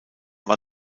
war